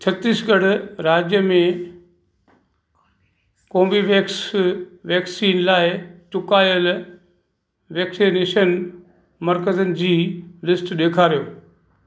छत्तीसगढ़ राज्य में Corbevax vaccine लाइ चुकायल वैक्सीनेशन मर्कज़नि जी लिस्ट ॾेखारियो